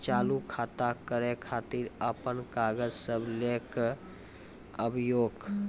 खाता चालू करै खातिर आपन कागज सब लै कऽ आबयोक?